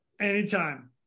Anytime